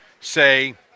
say